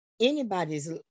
anybody's